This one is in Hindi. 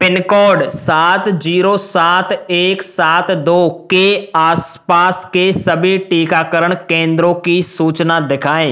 पिनकोड सात जीरो सात एक सात दो के आसपास के सभी टीकाकरण केंद्रों की सूचना दिखाएँ